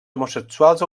homosexuals